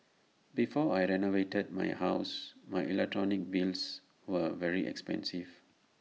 before I renovated my house my electrical bills were very expensive